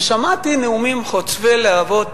שמעתי נאומים חוצבי להבות,